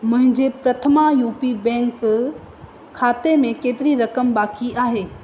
मुंहिंजे Prathama U P Bank खाते में केतरी रक़म बाक़ी आहे